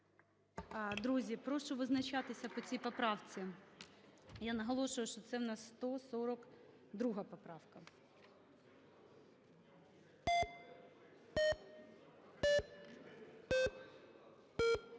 Друзі, прошу визначатися по цій поправці. Я наголошую, що це в нас 142 поправка.